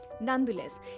Nonetheless